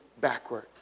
backward